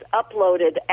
uploaded